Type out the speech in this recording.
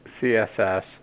CSS